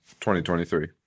2023